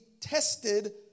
tested